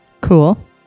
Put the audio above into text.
Cool